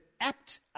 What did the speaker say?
apt